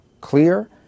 clear